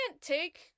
take